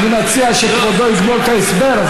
אני מציע שכבודו יגמור את ההסבר.